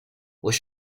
what